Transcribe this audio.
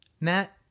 matt